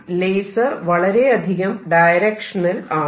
laser വളരെ അധികം directional ആണ്